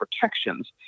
protections